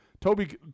Toby